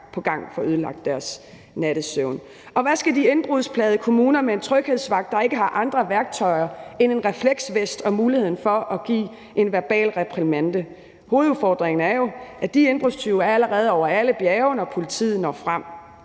på gang får ødelagt deres nattesøvn. Og hvad skal de indbrudsplagede kommuner med en tryghedsvagt, der ikke har andre værktøjer end en refleksvest og muligheden for at give en verbal reprimande? Hovedudfordringen er jo, at de indbrudstyve allerede er over alle bjerge, når politiet når frem.